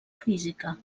física